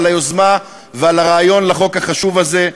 על היוזמה ועל הרעיון לחוק החשוב הזה.